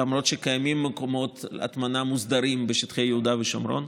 למרות שקיימים מקומות הטמנה מוסדרים בשטחי יהודה ושומרון.